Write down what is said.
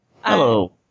Hello